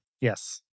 Yes